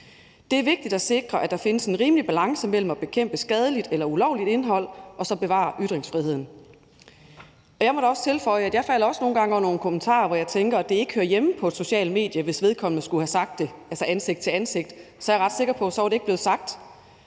Det er vigtigt at sikre, at der findes en rimelig balance mellem at bekæmpe skadeligt eller ulovligt indhold og så at bevare ytringsfriheden. Jeg må da også tilføje, at jeg også nogle gange falder over nogle kommentarer, som jeg tænker ikke hører hjemme på et socialt medie; hvis vedkommende skulle have sagt det ansigt til ansigt med en anden, er jeg ret sikker på at det ikke var blevet sagt.